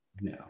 No